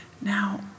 Now